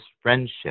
friendship